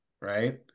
right